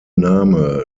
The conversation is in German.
name